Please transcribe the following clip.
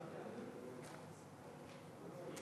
ההצעה להעביר